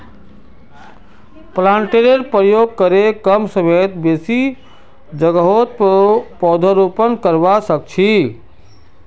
प्लांटरेर प्रयोग करे कम समयत बेसी जोगहत पौधरोपण करवा सख छी